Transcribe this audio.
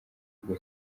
kugwa